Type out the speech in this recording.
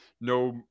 no